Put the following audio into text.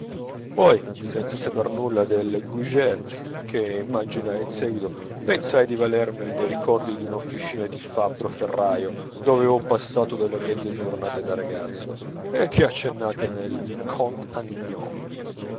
poi senza saper nulla del goujet che immaginai in seguito pensai di valermi dei ricordi d'un'officina di fabbro ferraio dove avevo passato delle mezze giornate da ragazzo e che è accennata nei contes